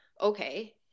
Okay